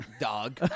Dog